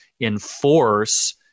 enforce